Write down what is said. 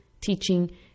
teaching